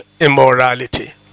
immorality